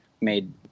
made